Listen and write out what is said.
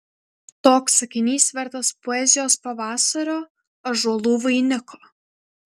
toks sakinys vertas poezijos pavasario ąžuolų vainiko